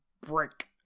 break